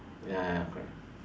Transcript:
ya ya ya correct